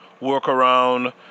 workaround